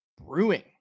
Brewing